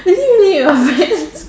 is it me or your friends